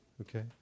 Okay